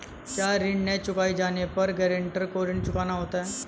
क्या ऋण न चुकाए जाने पर गरेंटर को ऋण चुकाना होता है?